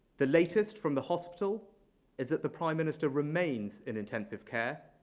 the latest from the hospital is that the prime minister remains in intensive care,